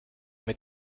mit